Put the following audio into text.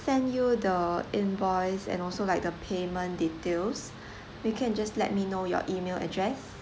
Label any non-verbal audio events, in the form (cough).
send you the invoice and also like the payment details (breath) you can just let me know your email address